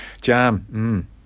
jam